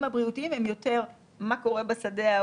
אני לא מכירה איך אפשר לקרוא את זה לא מצטבר.